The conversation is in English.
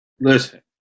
Listen